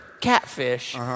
catfish